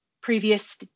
previous